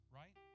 right